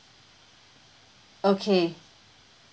okay